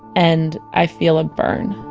and i feel a burn.